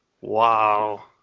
Wow